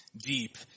deep